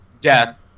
death